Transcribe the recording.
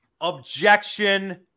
Objection